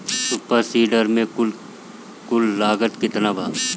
Super seeder के कुल लागत केतना बा?